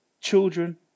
children